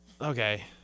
Okay